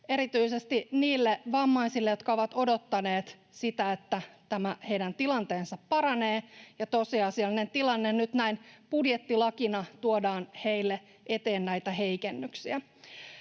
erityisesti niille vammaisille, jotka ovat odottaneet sitä, että heidän tilanteensa paranee, ja tosiasiallisessa tilanteessa nyt näin budjettilakina tuodaan heille eteen näitä heikennyksiä,